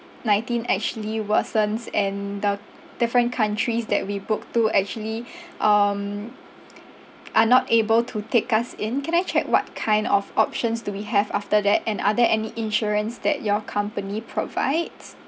nineteen actually worsens and the different countries that we book to actually um are not able to take us in can I check what kind of options do we have after that and are there any insurance that your company provides